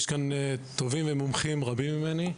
אדוני, יש כאן טובים ומומחים רבים ממני,